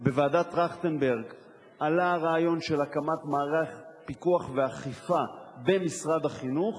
בוועדת-טרכטנברג עלה רעיון של הקמת מערך פיקוח ואכיפה במשרד החינוך.